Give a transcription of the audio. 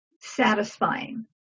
satisfying